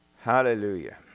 Hallelujah